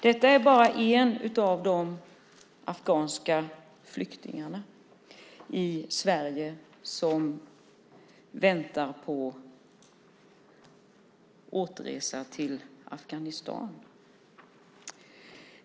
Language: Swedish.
Det är bara en av de afghanska flyktingar i Sverige som väntar på återresa till Afghanistan.